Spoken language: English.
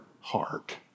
heart